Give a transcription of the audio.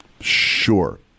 Sure